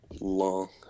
long